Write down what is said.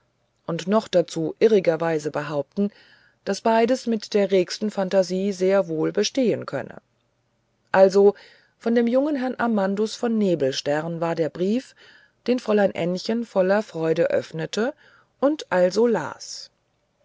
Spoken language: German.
und noch dazu irrigerweise behaupten daß beides mit der regsten phantasie sehr wohl bestehen könne also von dem jungen herrn amandus von nebelstern war der brief den fräulein ännchen voller freude öffnete und also las